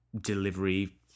delivery